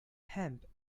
hemp